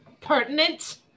pertinent